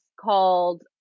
called